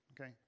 Okay